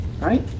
Right